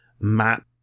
map